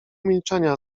milczenia